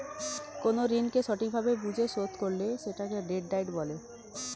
কোন ঋণকে সঠিক ভাবে বুঝে শোধ করলে সেটাকে ডেট ডায়েট বলে